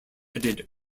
added